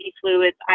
fluids